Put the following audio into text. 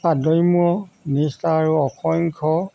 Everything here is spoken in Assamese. অদম্য নিষ্ঠা আৰু অসংখ্য